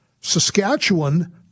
Saskatchewan